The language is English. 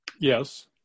Yes